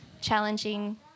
challenging